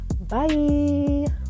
bye